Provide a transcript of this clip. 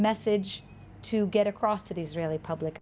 message to get across to the israeli public